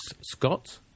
Scott